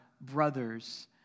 brothers